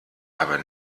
aber